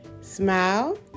Smile